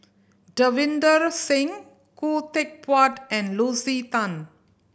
Davinder Singh Khoo Teck Puat and Lucy Tan